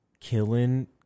killing